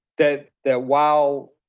that that while